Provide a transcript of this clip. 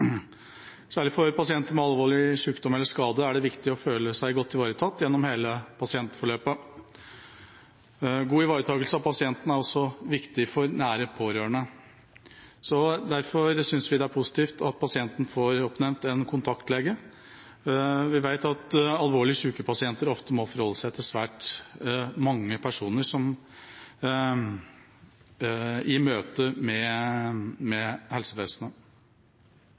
Særlig for pasienter med alvorlig sykdom eller skade er det viktig å føle seg godt ivaretatt gjennom hele pasientforløpet. God ivaretakelse av pasienten er også viktig for nære pårørende. Derfor synes vi det er positivt at pasienten får oppnevnt en kontaktlege. Vi vet at alvorlig syke pasienter må forholde seg til svært mange personer i møte med helsevesenet.